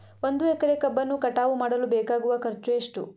ಒಂದು ಎಕರೆ ಕಬ್ಬನ್ನು ಕಟಾವು ಮಾಡಲು ಬೇಕಾಗುವ ಖರ್ಚು ಎಷ್ಟು?